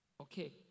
Okay